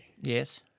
Yes